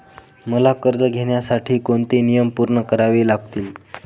मला कर्ज घेण्यासाठी कोणते नियम पूर्ण करावे लागतील?